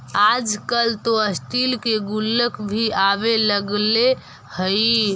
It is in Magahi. आजकल तो स्टील के गुल्लक भी आवे लगले हइ